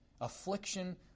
Affliction